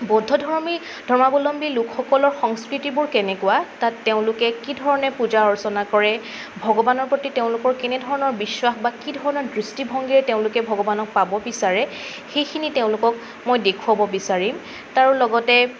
বৌদ্ধধৰ্মী ধৰ্মাৱলম্বী লোকসকলৰ সংস্কৃতিবোৰ কেনেকুৱা তাত তেওঁলোকে কি ধৰণে পূজা অৰ্চনা কৰে ভগবানৰ প্ৰতি তেওঁলোকৰ কেনেধৰণৰ বিশ্বাস বা কি ধৰণৰ দৃষ্টিভংগীৰে তেওঁলোকে ভগবানক পাব বিচাৰে সেইখিনি তেওঁলোকক মই দেখুৱাব বিচাৰিম তাৰো লগতে